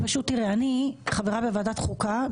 אני חברה בוועדת החוקה,